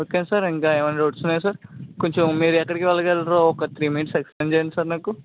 okay sir ఇంకా ఏమైనా doubts ఉన్నాయా సార్ కొంచెం మీరు ఎక్కడికి వెళ్ళగలరో ఒక త్రీ మినిట్స్ ఎక్స్ప్లెయిన్ చేయండి సార్ నాకు